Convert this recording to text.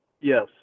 yes